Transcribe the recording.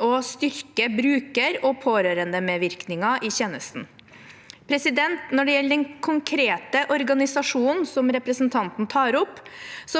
å styrke brukerog pårørendemedvirkningen i tjenestene. Når det gjelder den konkrete organisasjonen som representanten tar opp,